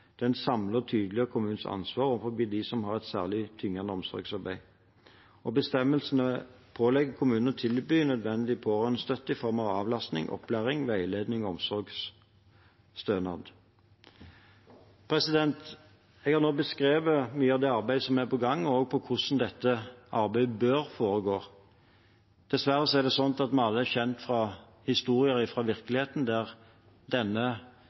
Den samler og tydeliggjør kommunens ansvar overfor dem som har et særlig tyngende omsorgsarbeid. Bestemmelsen pålegger kommunen å tilby nødvendig pårørendestøtte i form av avlastning, opplæring, veiledning og omsorgsstønad. Jeg har nå beskrevet mye av det arbeidet som er i gang, og hvordan dette arbeidet bør foregå. Dessverre er vi alle kjent med historier fra virkeligheten der